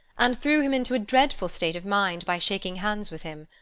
and threw him into a dreadful state of mind by shaking hands with him.